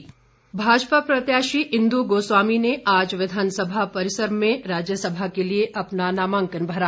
नामांकन भाजपा प्रत्याशी इंद् गोस्वामी ने आज विधानसभा परिसर में राज्यसभा के लिए अपना नामांकन भरा